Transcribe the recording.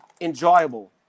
enjoyable